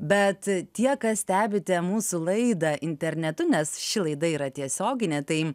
bet tie kas stebite mūsų laidą internetu nes ši laida yra tiesioginė tai